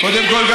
קודם כול,